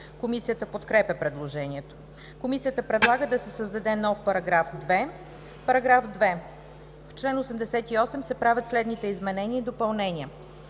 Комисията подкрепя предложението. Комисията предлага да се създаде нов § 2: „§ 2. В чл. 88 се правят следните изменения и допълнения: